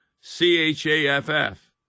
c-h-a-f-f